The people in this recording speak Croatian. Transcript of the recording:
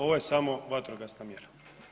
Ovo je samo vatrogasna mjera.